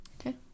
Okay